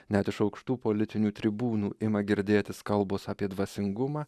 net iš aukštų politinių tribūnų ima girdėtis kalbos apie dvasingumą